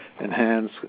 enhance